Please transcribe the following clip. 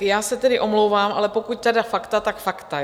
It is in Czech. Já se tedy omlouvám, ale pokud tedy fakta, tak fakta, ano?